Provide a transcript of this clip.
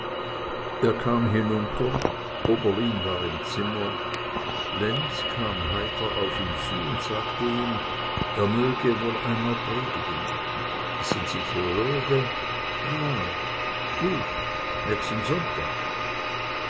er kam hinunter oberlin war im zimmer lenz kam heiter auf ihn zu und sagte ihm er möge wohl einmal predigen sind sie theologe ja gut nächsten sonntag